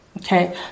Okay